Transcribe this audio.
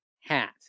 hat